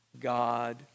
God